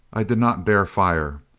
i did not dare fire.